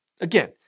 Again